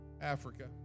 Africa